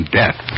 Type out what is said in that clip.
death